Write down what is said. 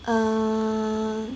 err